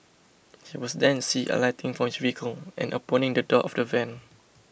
he was then see alighting from his vehicle and opening the door of the van